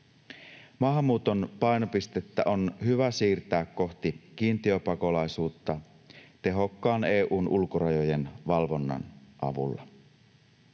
Maahanmuuton painopistettä on hyvä siirtää kohti kiintiöpakolaisuutta tehokkaan EU:n ulkorajojen valvonnan avulla.